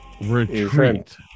Retreat